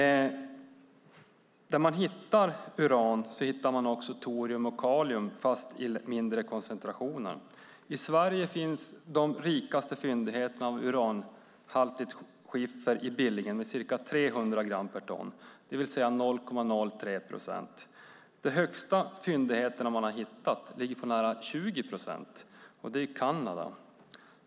Där man hittar uran hittar man också torium och kalium men i mindre koncentrationer. I Sverige finns de rikaste fyndigheterna av uranhaltigt skiffer i Billingen - ca 300 gram per ton, det vill säga 0,03 procent. De högsta uranhalterna man hittat ligger på nära 20 procent - i Kanada.